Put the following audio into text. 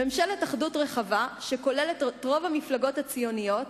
ממשלת אחדות רחבה שכוללת את רוב המפלגות הציוניות,